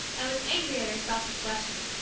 and was angry at herself for flushing.